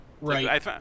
Right